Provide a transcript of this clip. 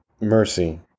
mercy